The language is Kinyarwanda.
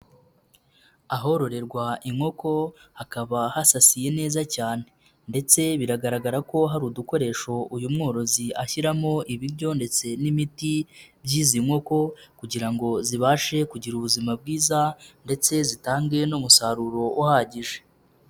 Ahororerwa inkoko hakaba hasasiye neza cyane ndetse biragaragara ko hari udukoresho uyu mworozi ashyiramo ibiryo ndetse n'imiti byizi nkoko kugira ngo zibashe kugira ubuzima bwiza ndetse zitangawe n'umusaruro uhagije.